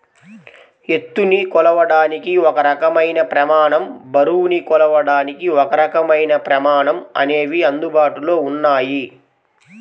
ఎత్తుని కొలవడానికి ఒక రకమైన ప్రమాణం, బరువుని కొలవడానికి ఒకరకమైన ప్రమాణం అనేవి అందుబాటులో ఉన్నాయి